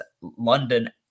London